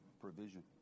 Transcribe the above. provision